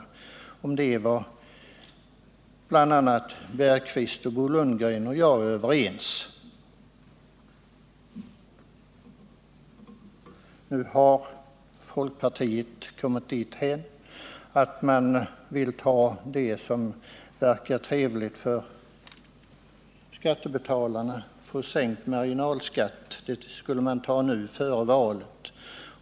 Om detta var bl.a. Holger Bergqvist, Bo Lundgren och jag överens. Folkpartiet har nu kommit dithän att man vill ta det som verkar trevligt för skattebetalarna — sänkt marginalskatt — före valet.